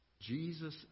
Jesus